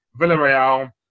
Villarreal